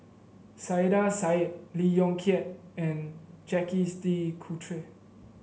Saiedah Said Lee Yong Kiat and Jacques De Coutre